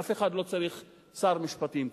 אף אחד לא צריך שר משפטים כזה.